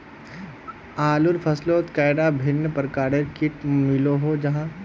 आलूर फसलोत कैडा भिन्न प्रकारेर किट मिलोहो जाहा?